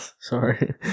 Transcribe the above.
sorry